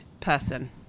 person